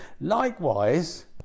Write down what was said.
likewise